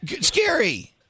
Scary